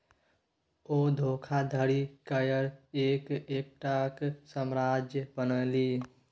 ओ धोखाधड़ी कय कए एतेकटाक साम्राज्य बनेलनि